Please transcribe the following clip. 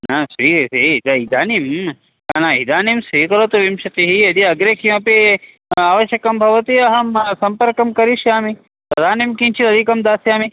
आ सई हे सई ज इदानीं हा इदानीं स्वीकरोतु विंशतिः यदि अग्रे किमपि आवश्यकं भवति अहं सम्पर्कं करिष्यामि तदानीं किञ्चिदिकं दास्यामि